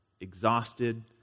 exhausted